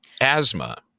asthma